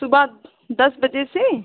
सुबह दस बजे से